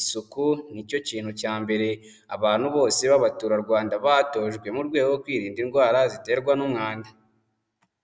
isuku ni cyo kintu cya mbere abantu bose b'abaturarwanda batojwe mu rwego rwo kwirinda indwara ziterwa n'umwanda.